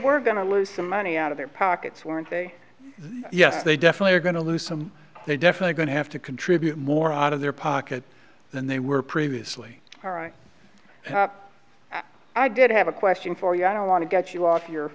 were going to lose some money out of their pockets weren't they yes they definitely are going to lose some they definitely going to have to contribute more out of their pocket than they were previously all right i did have a question for you i don't want to get you off your